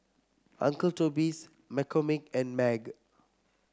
Uncle Toby's McCormick and MAG